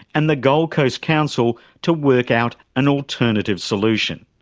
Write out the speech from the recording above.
and the gold coast council to work out an alternative solution.